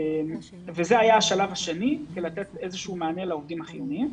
זה היה השלב השני שבא לתת איזשהו מענה לעובדים החיוניים.